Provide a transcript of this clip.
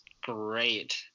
great